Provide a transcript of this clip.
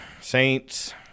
Saints